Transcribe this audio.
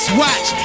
watch